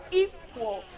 equal